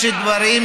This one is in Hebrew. יש שר ויש מנכ"ל.